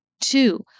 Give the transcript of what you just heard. Two